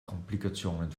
komplikationen